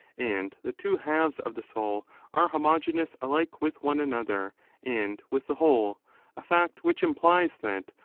and the two halves of the soul are homogeneous alike with one another and with the whole a fact which implies that,